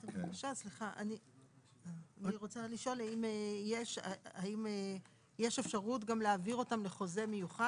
אני רוצה לשאול האם יש אפשרות גם להעביר אותם לחוזה מיוחד?